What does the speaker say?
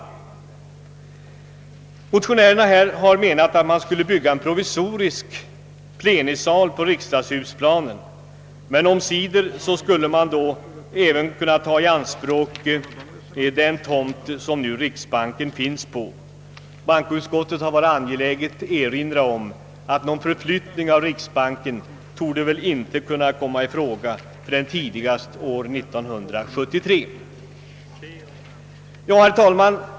Motionärerna har menat att det borde byggas en provisorisk plenisal på riksdagshusplanen men omsider skulle åen tomt som riksbanken nu har tas i anspråk. Bankoutskottet har varit angeläget erinra om att någon förflyttning av riksbanken inte torde kunna komma i fråga förrän tidigast 1973.